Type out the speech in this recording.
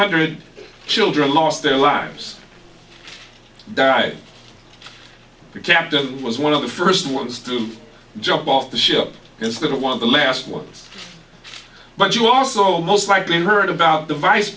hundred children lost their lives died the captain was one of the first ones to jump off the ship is going to one of the last ones but you also most likely heard about the vice